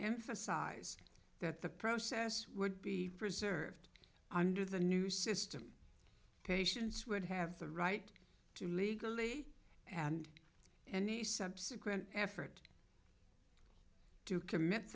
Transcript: emphasize that the process would be preserved under the new system patients would have the right to legally and and the subsequent effort to commit